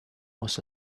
was